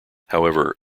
however